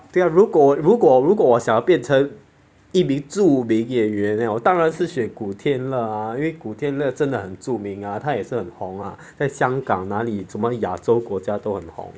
对呀如果如果如果我想变成一名著名演员 eh 我当然是选古天乐啊因为古天乐真的著名啊他也是很红啊在香港那里什么亚洲国家都很红